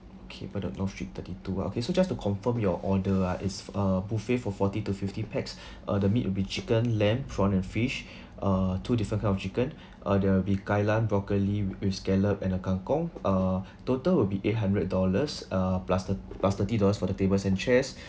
okay bedok north strict thirty two ah okay so just to confirm your order ah it's a buffet for forty to fifty pax uh the meat will be chicken lamb prawn and fish uh two different kind of chicken uh there will be kailan broccoli wit~ with scallop and uh kangkong uh total will be eight hundred dollars uh plus thirt~ plus thirty dollars for the tables and chairs